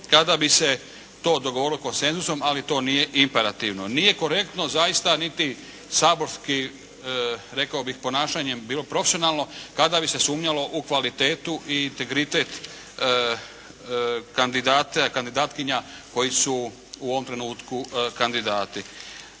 kada vi se to dogovorilo konsenzusom, ali to nije imperativno. Nije korektno zaista niti saborski rekao bih ponašanjem bilo profesionalno kada bi se sumnjalo u kvalitetu i integritet kandidata i kandidatkinja koji su u ovom trenutku kandidati.